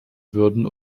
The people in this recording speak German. würden